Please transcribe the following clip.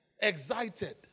excited